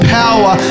power